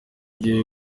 gihe